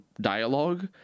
dialogue